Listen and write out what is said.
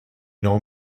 know